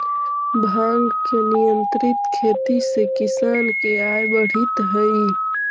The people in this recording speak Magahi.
भाँग के नियंत्रित खेती से किसान के आय बढ़ित हइ